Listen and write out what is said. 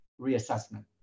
reassessment